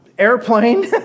airplane